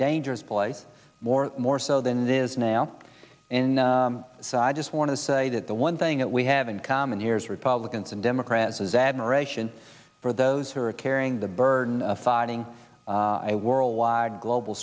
dangerous place more more so than is now in so i just want to say that the one thing that we have in common here is republicans and democrats is admiration for those who are carrying the burden of fighting a worldwide global